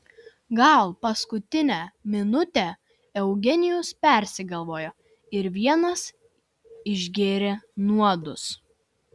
gal paskutinę minutę eugenijus persigalvojo ir vienas išgėrė nuodus